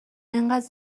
اینقدر